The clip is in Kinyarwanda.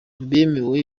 bemerewe